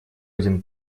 один